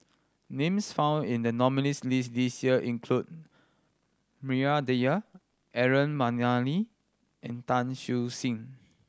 names found in the nominees' list this year include Maria Dyer Aaron Maniam and Tan Siew Sin